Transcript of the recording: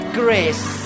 grace